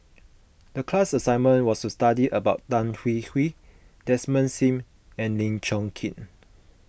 the class assignment was to study about Tan Hwee Hwee Desmond Sim and Lim Chong Keat